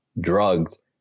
drugs